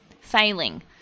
failing